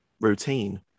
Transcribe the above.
routine